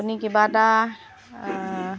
আপুনি কিবা এটা